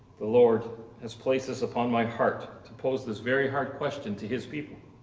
the lord has placed this upon my heart to pose this very hard question to his people.